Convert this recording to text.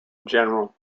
general